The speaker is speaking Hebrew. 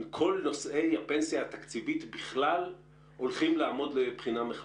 כל נושאי הפנסיה התקציבית הולכים לעמוד לבחינה מחדש,